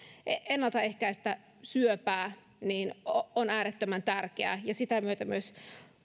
ennaltaehkäistä syöpää on äärettömän tärkeä ja sitä myötä myös